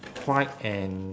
white and